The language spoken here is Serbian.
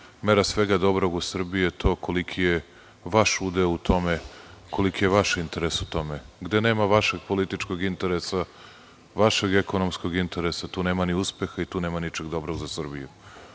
mera svega dobrog u Srbiji je to koliki je vaš udeo u tome, koliki je vaš interes u tome. Gde nema vašeg političkog interesa, vašeg ekonomskog interesa, tu nema ni uspeha i tu nema ničeg dobrog za Srbiju.